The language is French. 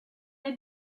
est